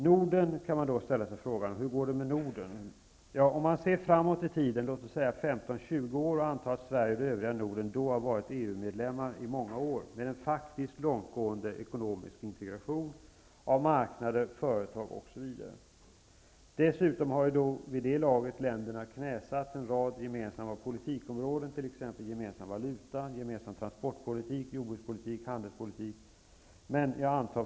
Hur går det då med Norden? Låt oss se 15--20 år framåt i tiden. Antag att Sverige och övriga Norden då har varit EU-medlemmar i många år, med en långtgående faktisk ekonomisk integration av marknader, företag osv. Dessutom har länderna då knäsatt en rad gemensamma politikområden, t.ex. gemensam valuta, gemensam transportpolitik, gemensam jordbrukspolitik och gemensam handelspolitik.